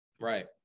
right